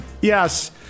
Yes